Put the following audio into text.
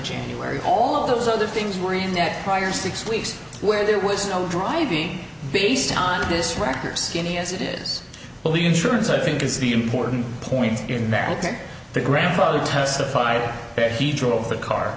january all those other things were next prior six weeks where there was no driving based on this record skinny as it is but the insurance i think is the important point in that the grandfather testified that he drove the car